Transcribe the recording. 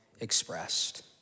expressed